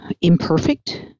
imperfect